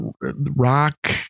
rock